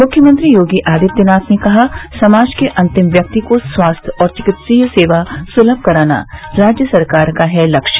मुख्यमंत्री योगी आदित्यनाथ ने कहा समाज के अंतिम व्यक्ति को स्वास्थ्य और चिकित्सीय सेवा सुलभ कराना राज्य सरकार का है लक्ष्य